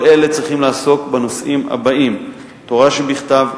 כל אלה צריכים לעסוק בנושאים הבאים: תורה שבכתב,